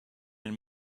and